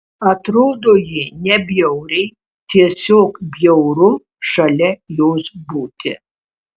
atrodo ji nebjauriai tiesiog bjauru šalia jos būti